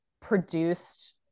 produced